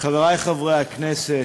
חברי חברי הכנסת,